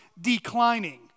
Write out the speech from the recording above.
declining